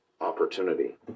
opportunity